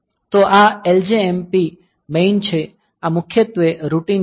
તો આ Ljmp main છે આ મુખ્યત્વે રૂટિન છે